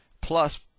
plus